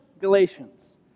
Galatians